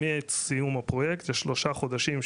מעת סיום הפרויקט לשלושה חודשים,